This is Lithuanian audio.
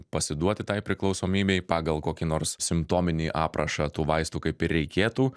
pasiduoti tai priklausomybei pagal kokį nors simptominį aprašą tų vaistų kaip ir reikėtų